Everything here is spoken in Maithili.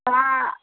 हँ